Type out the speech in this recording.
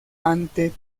ante